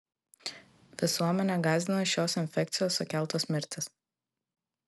visuomenę gąsdina šios infekcijos sukeltos mirtys